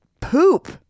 poop